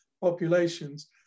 Populations